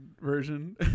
version